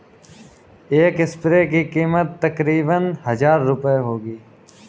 एक स्प्रेयर की कीमत तकरीबन हजार रूपए होगी